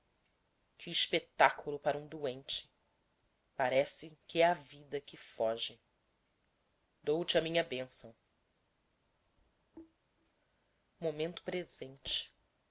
que espetáculo para um doente parece que é a vida que foge dou-te a minha bênção momento presente